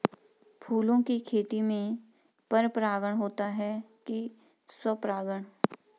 फूलों की खेती में पर परागण होता है कि स्वपरागण?